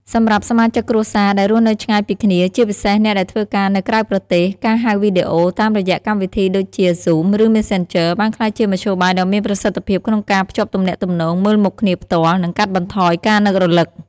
សម្រាប់សមាជិកគ្រួសារដែលរស់នៅឆ្ងាយពីគ្នា ជាពិសេសអ្នកដែលធ្វើការនៅក្រៅប្រទេស ការហៅវីដេអូ តាមរយៈកម្មវិធីដូចជា Zoom ឬ Messenger បានក្លាយជាមធ្យោបាយដ៏មានប្រសិទ្ធភាពក្នុងការភ្ជាប់ទំនាក់ទំនងមើលមុខគ្នាផ្ទាល់ និងកាត់បន្ថយការនឹករលឹក។